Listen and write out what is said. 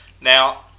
Now